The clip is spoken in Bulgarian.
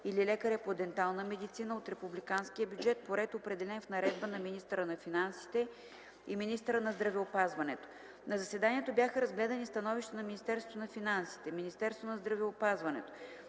или лекаря по дентална медицина от републиканския бюджет по ред, определен в наредба на министъра на финансите и министъра на здравеопазването. На заседанието бяха разгледани становища на Министерството на финансите, Министерството на здравеопазването,